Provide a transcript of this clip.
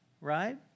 right